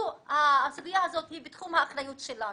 הסוגיה הזאת היא בתחום האחריות שלנו.